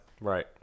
Right